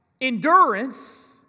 endurance